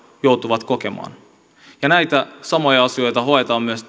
joutuvat kokemaan näitä samoja asioita hoetaan myös